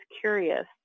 curious